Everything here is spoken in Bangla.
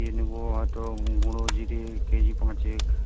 জিরে নেবো হয়তো গুঁড়ো জিরে কেজি পাঁচেক